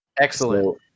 Excellent